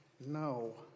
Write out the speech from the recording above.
No